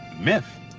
Myth